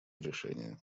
решения